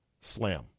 slam